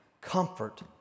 comfort